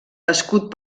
escut